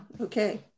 okay